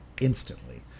instantly